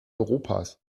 europas